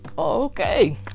okay